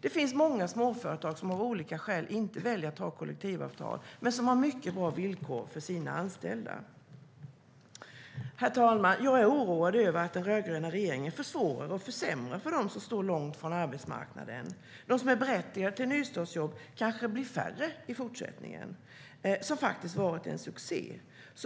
Det finns många småföretag som av olika skäl inte väljer att ha kollektivavtal men som har mycket bra villkor för sina anställda. Herr talman! Jag är oroad över att den rödgröna regeringen försvårar och försämrar för dem som står långt från arbetsmarknaden. De som är berättigade till nystartsjobb kanske blir färre i fortsättningen. Det har faktiskt varit en succé.